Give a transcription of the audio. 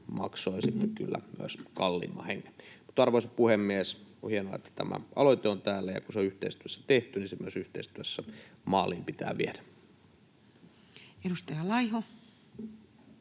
maksoi sitten kyllä myös kalleimman hinnan. Arvoisa puhemies! On hienoa, että tämä aloite on täällä, ja kun se on yhteistyössä tehty, niin se myös yhteistyössä maaliin pitää viedä. Edustaja Laiho.